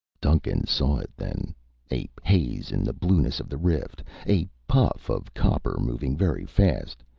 duncan saw it then a haze in the blueness of the rift a puff of copper moving very fast,